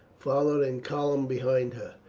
followed in column behind her,